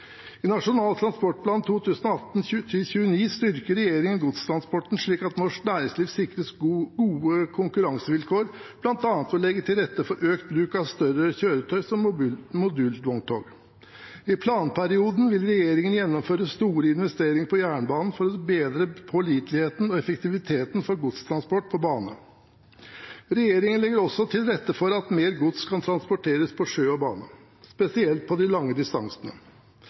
I nasjonal transportplan 2018–2029 styrker regjeringen godstransporten slik at norsk næringsliv sikres gode konkurransevilkår, bl.a. ved å legge til rette for økt bruk av større kjøretøy, som modulvogntog. I planperioden vil regjeringen gjennomføre store investeringer på jernbane for å bedre påliteligheten og effektiviteten for godstransport på bane. Regjeringen legger også til rette for at mer gods kan transporteres på sjø og bane, spesielt på de lange distansene.